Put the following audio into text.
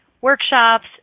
workshops